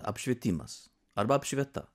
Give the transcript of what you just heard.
apšvietimas arba apšvita